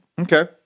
Okay